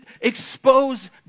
expose